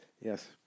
Yes